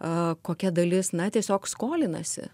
a kokia dalis na tiesiog skolinasi